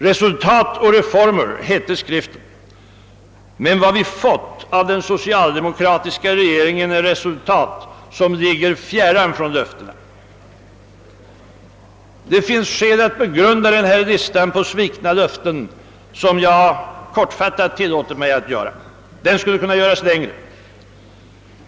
Resultat och reformer hette skriften, men vad vi fått av den socialdemokratiska regeringen är resultat som ligger fjärran från löftena. Det finns skäl att begrunda denna lista över svikna löften, som jag kortfattat tillåtit mig att göra upp. Den skulle kunna göras längre.